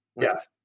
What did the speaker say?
yes